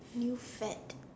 new fad